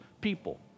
people